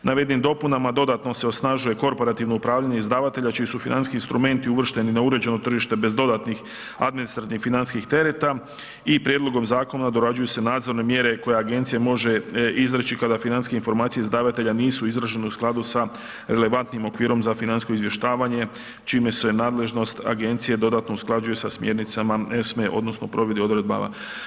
Navedenim dopunama dodatno se osnažuje korporativno upravljanje izdavatelja čiji su financijski instrumenti uvršteni na uređeno tržište bez dodatnih administrativnih financijskih tereta i prijedlogom zakona dorađuju se nadzorne mjere koje agencija može izreći kada financijske informacije izdavatelja nisu izražene u skladu sa relevantnim okvirom za financijsko izvještavanje čime se nadležnost agencije dodatno usklađuje se sa smjernicama ESM-e odnosno provedbi odredaba.